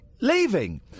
leaving